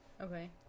okay